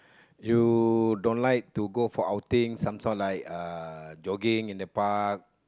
you don't like to go for outing some sort like uh jogging in the park